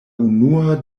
unua